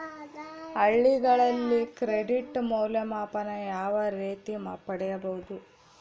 ಹಳ್ಳಿಗಳಲ್ಲಿ ಕ್ರೆಡಿಟ್ ಮೌಲ್ಯಮಾಪನ ಯಾವ ರೇತಿ ಪಡೆಯುವುದು?